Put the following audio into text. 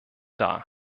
dar